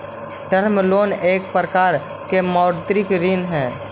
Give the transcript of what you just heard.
term loan एक प्रकार के मौदृक ऋण हई